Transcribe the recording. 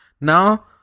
Now